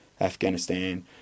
afghanistan